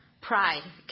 Pride